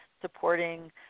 supporting